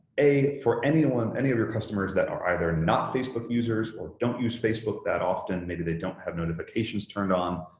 a for anyone, any of your customers that are either not facebook users or don't use facebook that often, maybe they don't have notifications turned on,